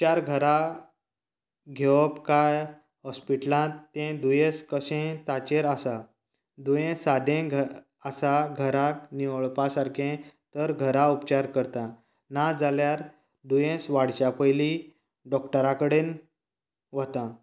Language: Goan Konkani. उपचार घरां घेवप कांय हॉस्पिटलांत तें दुयेंस कशें ताचेर आसा दुयेंस सादें आसा घरा निवळपा सारकें तर घरा उपचार करता नाजाल्यार दुयेंस वाडच्या पयली डॉक्टरा कडेन वतां